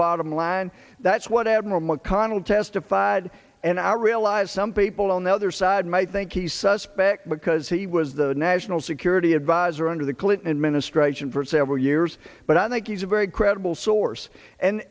bottom line that's what admiral mcconnell testified and i realize some people on the other side might think he's suspect because he was the national security adviser under the clinton administration for several years but i think he's a very credible source and